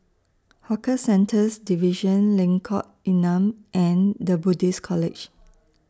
Hawker Centres Division Lengkok Enam and The Buddhist College